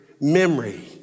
memory